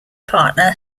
partner